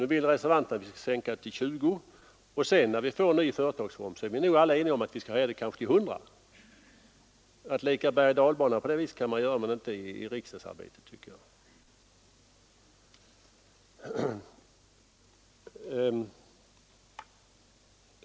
Nu vill reservanterna att vi skall sänka aktiekapitalet till 20 000 kronor, och när vi sedan får en ny företagsform blir vi nog alla eniga om att vi skall höja det till 100 000 kronor. Att leka bergoch dalbana på det viset kan man visserligen göra, men inte i riksdagsarbetet, tycker jag.